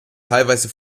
teilweise